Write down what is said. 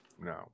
No